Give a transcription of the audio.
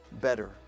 better